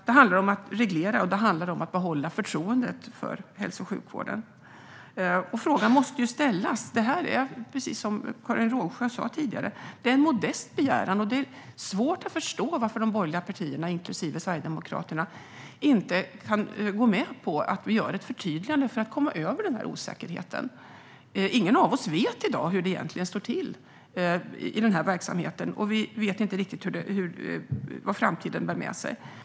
Det handlar om att reglera, och det handlar om att behålla förtroendet för hälso och sjukvården. Frågan måste ställas. Precis som Karin Rågsjö sa tidigare är detta en modest begäran. Det är svårt att förstå varför de borgerliga partierna inklusive Sverigedemokraterna inte kan gå med på att göra ett förtydligande för att komma över osäkerheten. Ingen av oss vet i dag hur det egentligen står till i verksamheten, och vi vet inte riktigt vad framtiden bär med sig.